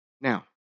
Now